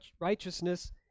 righteousness